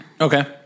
Okay